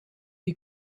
die